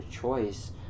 choice